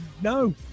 No